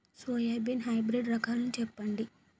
Soybean hybrid రకాలను చెప్పండి?